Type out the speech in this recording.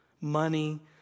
money